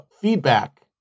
feedback